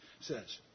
says